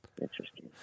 Interesting